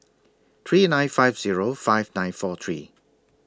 three nine five Zero five nine four three